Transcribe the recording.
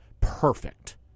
perfect